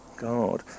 God